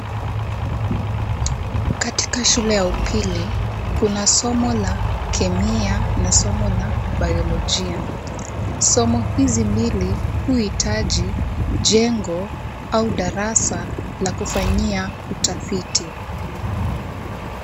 Katika shule ya upili, kuna somo la Kemia na somo la Bayolojia. Somo hizi mbili huhitaji jengo au darasa la kufanyia utafiti.